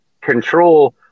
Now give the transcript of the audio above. control